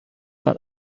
but